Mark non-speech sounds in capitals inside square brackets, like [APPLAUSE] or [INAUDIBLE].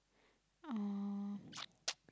uh [NOISE]